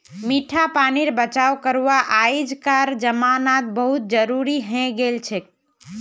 मीठा पानीर बचाव करवा अइजकार जमानात बहुत जरूरी हैं गेलछेक